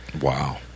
Wow